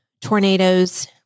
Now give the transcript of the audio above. tornadoes